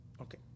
Okay